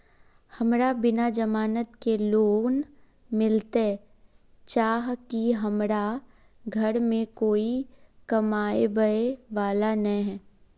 हमरा बिना जमानत के लोन मिलते चाँह की हमरा घर में कोई कमाबये वाला नय है?